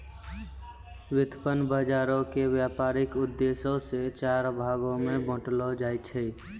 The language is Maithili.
व्युत्पादन बजारो के व्यपारिक उद्देश्यो से चार भागो मे बांटलो जाय छै